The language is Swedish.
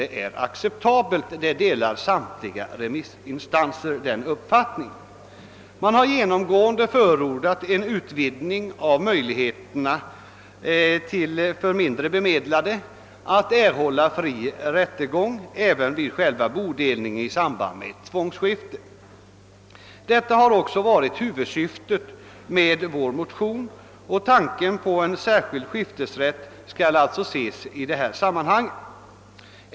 Den uppfattningen delas alltså av samtliga remissinstanser. Remissinstanserna har genomgående förordat en utvidgning av möjligheterna för mindre bemedla de att erhålla fri rättegång även vid själva bodelningen i samband med ett tvångsskifte. Att få till stånd en sådan ordning har också varit huvudsyftet med vår motion; förslaget om en särskild skiftesrätt skall alltså sättas in i detta sammanhang.